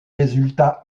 résultats